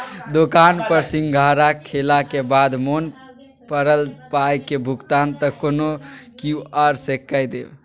दोकान पर सिंघाड़ा खेलाक बाद मोन पड़ल पायक भुगतान त कोनो क्यु.आर सँ कए देब